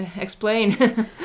explain